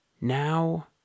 Now